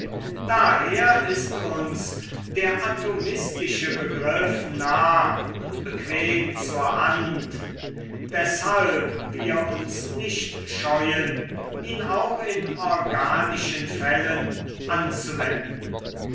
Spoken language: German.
daher ist uns der atomistische begriff nah und bequem zur hand deshalb wir uns nicht scheuen ihn auch in organischen fällen anzuwenden